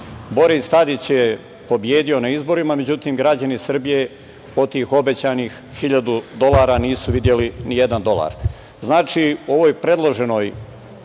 Boris Tadić je pobedio na izborima, međutim, građani Srbije od tih obećanih 1.000 dolara nisu videli nijedan dolar. Znači, u ovoj predloženoj